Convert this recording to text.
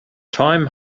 time